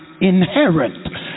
inherent